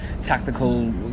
tactical